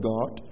God